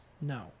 No